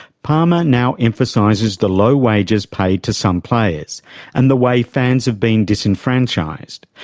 palmer now emphasises the low wages paid to some players and the way fans have been disenfranchised.